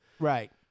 Right